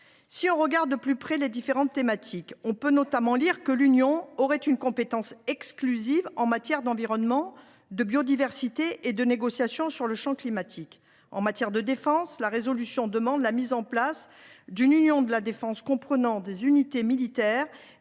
Si l’on regarde de plus près les différentes thématiques, on peut notamment lire que l’Union aurait une compétence exclusive en matière d’environnement, de biodiversité et de négociations sur le champ climatique. En matière de défense, la résolution préconise la mise en place d’une Union de la défense, comprenant des unités militaires